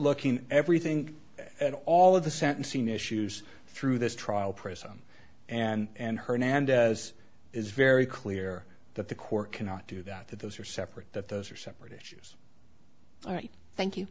looking everything and all of the sentencing issues through this trial prism and hernandez is very clear that the court cannot do that that those are separate that those are separate issues all right thank you